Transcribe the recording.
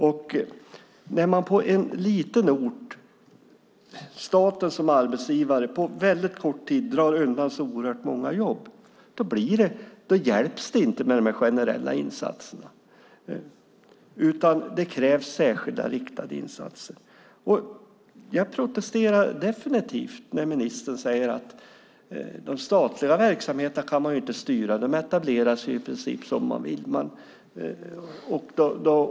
När staten som arbetsgivare på en liten ort på väldigt kort tid drar undan så oerhört många jobb hjälper det inte med de här generella insatserna. Det krävs särskilda, riktade insatser. Jag protesterar definitivt när ministern säger att man inte kan styra de statliga verksamheterna för att de etableras i princip som de vill.